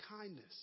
kindness